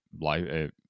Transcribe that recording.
life